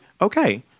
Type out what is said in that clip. Okay